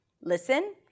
Listen